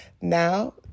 Now